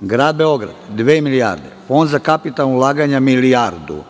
grad Beograd dve milijarde, Fond za kapitalna ulaganja milijardu,